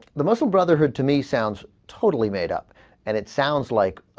the muslim brotherhood to me sounds totally made up and it sounds like ah.